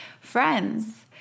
friends